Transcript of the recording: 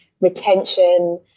retention